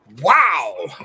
Wow